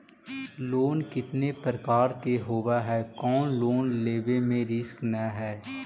Loan कितना प्रकार के होबा है कोन लोन लेब में रिस्क न है?